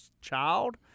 child